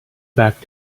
back